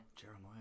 Jeremiah